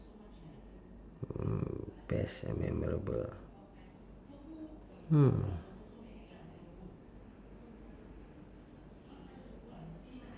mm best and memorable ah hmm